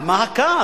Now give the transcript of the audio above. על מה הכעס.